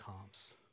comes